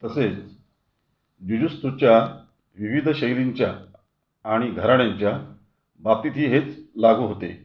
तसेच जुजुस्तूच्या विविध शैलींच्या आणि घराण्यांच्या बाबतीतही हेच लागू होते